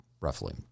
roughly